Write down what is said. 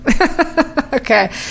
okay